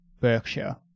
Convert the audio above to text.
Berkshire